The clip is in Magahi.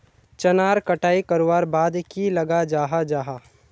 चनार कटाई करवार बाद की लगा जाहा जाहा?